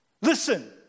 Listen